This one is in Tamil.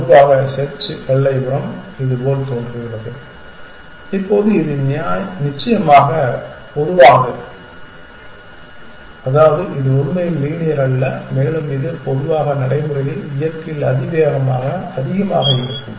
பொதுவாக செர்ச் எல்லைப்புறம் இதுபோல் தோன்றுகிறது இப்போது இது நிச்சயமாக பொதுவானது அதாவது இது உண்மையில் லீனியர் அல்ல மேலும் இது பொதுவாக நடைமுறையில் இயற்கையில் அதிவேகமாக அதிகமாக இருக்கும்